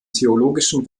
theologischen